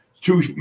Two